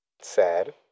sad